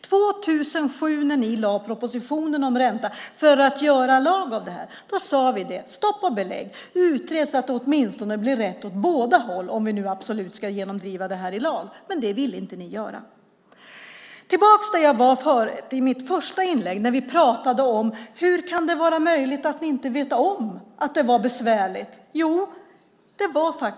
När ni lade fram propositionen om ränta år 2007 för att göra lag om det sade vi: Stopp och belägg, utred så att det åtminstone blir rätt åt båda håll, om vi nu absolut ska genomdriva detta i lag. Det ville inte ni göra. Jag går tillbaka till där jag var i mitt första inlägg. Vi talade om hur det kan vara möjligt att ni inte visste om att det var besvärligt.